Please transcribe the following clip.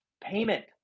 Payment